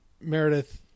Meredith